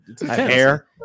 Hair